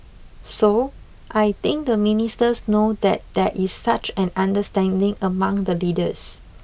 so I think the ministers know that there is such an understanding among the leaders